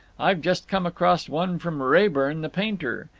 i've just come across one from raeburn, the painter,